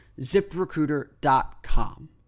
ZipRecruiter.com